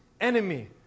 enemy